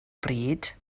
bryd